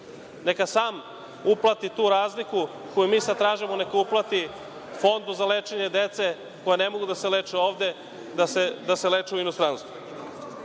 Neka sam uplati tu razliku koju mi sada tražimo, neka uplati Fondu za lečenje dece koja ne mogu da se leče ovde, da se leče u inostranstvu. Takođe,